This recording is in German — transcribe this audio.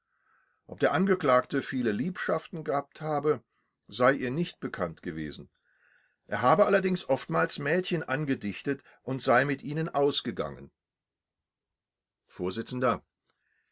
ob der angeklagte viele liebschaften gehabt habe sei ihr nicht bekannt gewesen er habe allerdings oftmals mädchen angedichtet und sei mit ihnen ausgegangen